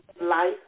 life